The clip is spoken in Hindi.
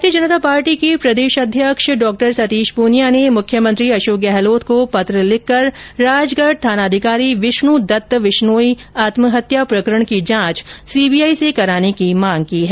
भारतीय जनता पार्टी के प्रदेश अध्यक्ष डॉ सतीश पूनियां ने मुख्यमंत्री अशोक गहलोत को पत्र लिखकर राजगढ थानाधिकारी विष्णु दत्त विश्नोई आत्महत्या प्रकरण की जांच सीबीआई से कराने की मांग की है